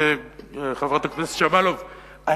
חברת הכנסת שמאלוב,